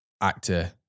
actor